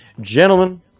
gentlemen